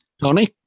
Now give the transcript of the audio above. Tony